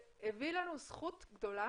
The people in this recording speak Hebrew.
שהביא לנו זכות גדולה